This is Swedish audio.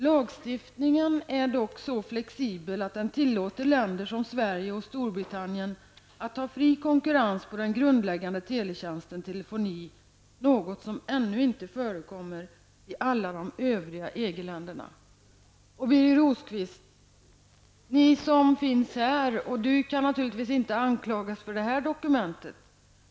Lagstiftningen är dock så flexibel att den tillåter länder som Sverige och Storbritannien att ha fri konkurrens på den grundläggande teletjänsten telefoni, något som ännu inte förekommer i alla de övriga EG-länderna.'' Birger Rosqvist och vi som finns här kan naturligtvis inte anklagas för detta dokument.